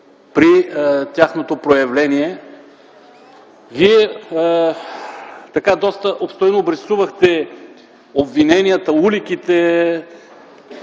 при тяхното проявление. Вие доста обстойно обрисувахте обвиненията, уликите,